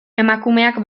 emakumeak